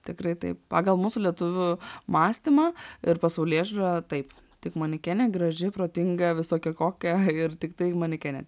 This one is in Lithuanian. tikrai taip pagal mūsų lietuvių mąstymą ir pasaulėžiūrą taip tik manekenė graži protinga visokia kokia ir tiktai manekenė